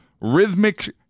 rhythmic